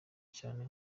cyane